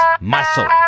muscle